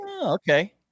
okay